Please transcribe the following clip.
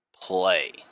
play